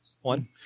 one